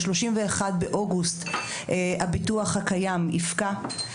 ב-31 באוגוסט הביטוח הקיים יפקע.